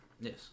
yes